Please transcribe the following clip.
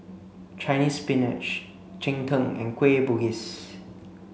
Chinese spinach Cheng Tng and Kueh Bugis